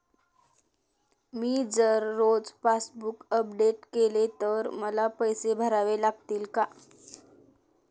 मी जर रोज passbook update केले तर मला पैसे भरावे लागतील का?